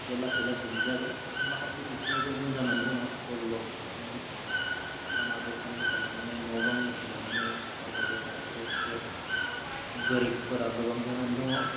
लासै लासैनो जागोन नाथाय माखासे बिथिङाव जों उन जानानै दङ डेभेलपमेन्ट लामा दथानिफ्राय लानानै न' बांनिफ्राय लानानै जायबाजाय बा स्टेट स्टेट गोरिबफोरा गोबां जानानै दङ